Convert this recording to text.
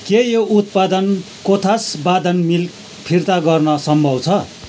के यो उत्पादन कोथास बादाम मिल्क फिर्ता गर्न सम्भव छ